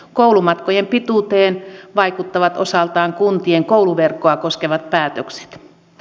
koulumatkojen pituuteen vaikuttavat osaltaan kuntien kouluverkkoa koskevat päätökset